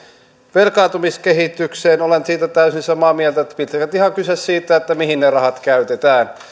velkaantumiskehitykseen olen siitä täysin samaa mieltä että pitkältihän on kyse siitä mihin ne rahat käytetään jos